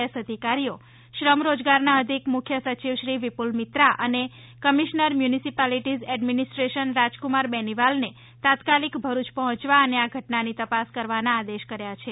S અધિકારીઓ શ્રમ રોજગારના અધિક મુખ્ય સચિવશ્રી વિપુલ મિત્રા અને કમિશનર મ્યુનિસિપાલીટીઝ એડમીનિસ્ટ્રેશન રાજકુમાર બેનીવાલને તાત્કાલિકભરૂચ પહોંચવા અને આ ઘટનાની તપાસ કરવાના આદેશ કર્યા છે